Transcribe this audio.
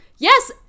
Yes